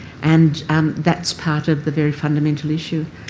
and um that's part of the very fundamental issue.